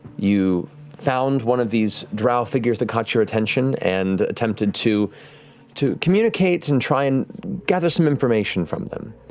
you found one of these drow figures that caught your attention and attempted to to communicate and try and gather some information from them.